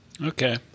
Okay